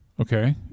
Okay